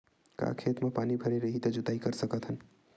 का खेत म पानी भरे रही त जोताई कर सकत हन?